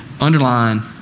underline